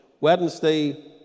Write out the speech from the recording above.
Wednesday